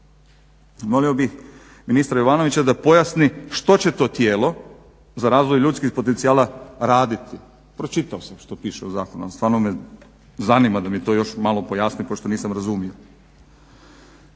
Molio bih ministra Jovanovića da pojasni što će to tijelo za razvoj ljudskih potencijala raditi? Pročitao sam što piše u zakonu ali stvarno me zanima da mi to još malo pojasni pošto nisam razumio.